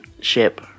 ship